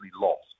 lost